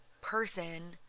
person